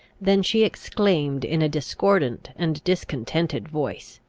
than she exclaimed in a discordant and discontented voice,